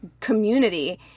community